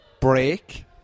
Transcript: Break